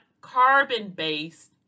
carbon-based